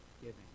giving